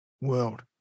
world